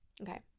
Okay